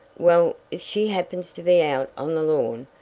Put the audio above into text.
well, if she happens to be out on the lawn,